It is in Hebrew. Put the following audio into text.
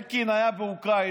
אלקין היה באוקרינה,